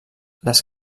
les